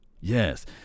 yes